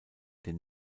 den